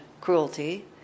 cruelty